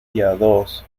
piadoso